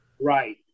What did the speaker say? Right